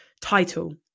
title